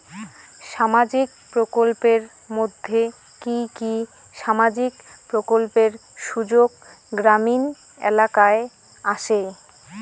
সামাজিক প্রকল্পের মধ্যে কি কি সামাজিক প্রকল্পের সুযোগ গ্রামীণ এলাকায় আসে?